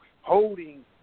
holding